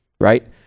right